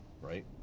right